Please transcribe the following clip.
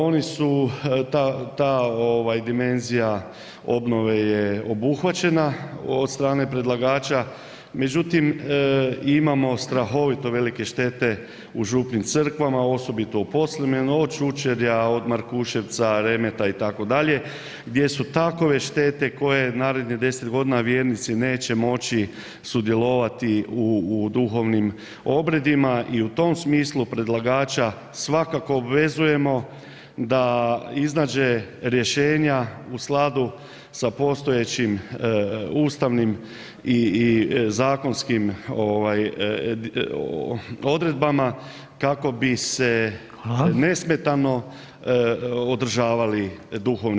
Oni su ta dimenzija ta dimenzija obnove je obuhvaćena od strane predlagača međutim imamo strahovito velike štete u župnim crkvama osobito u Podsljemenu od Čučerja, od Markuševca, Remeta itd. gdje su takve štete koje narednih 10 godina vjernici neće moći sudjelovati u duhovnim obredima i u tom smislu predlagača svakako obvezujemo da iznađe rješenja u skladu sa postojećim ustavnim i zakonskim ovaj odredbama kako bi se [[Upadica: Hvala.]] nesmetano održavali duhovne potrebe.